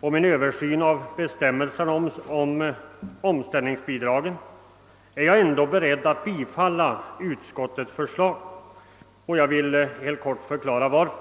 om en översyn av bestämmelserna beträffande omställningsbidragen. Jag kan biträda utskottets förslag, och jag vill helt kort förklara anledningen därtill.